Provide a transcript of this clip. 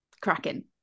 cracking